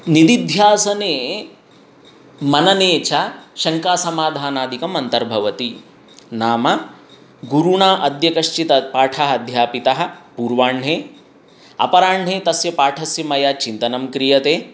निदिध्यासने मनने च शङ्कासमाधानादिकम् अन्तर्भवति नाम गुरुणा अद्य कश्चिद् पाठः अध्यापितः पूर्वाह्णे अपराह्णे तस्य पाठस्य मया चिन्तनं क्रियते